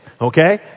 okay